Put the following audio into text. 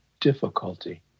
difficulty